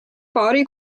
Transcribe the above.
paari